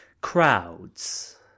Crowds